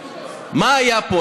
מה היה פה?